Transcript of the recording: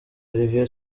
olivier